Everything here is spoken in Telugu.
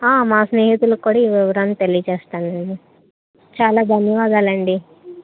మా స్నేహితులకి కూడా ఈ వివరాలు తెలియచేస్తాను నేను చాలా ధన్య వాదాలండి